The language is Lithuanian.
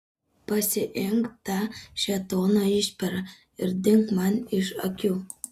pasiimk tą šėtono išperą ir dink man iš akių